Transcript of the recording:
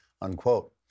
Unquote